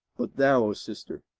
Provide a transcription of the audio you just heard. but thou, o sister,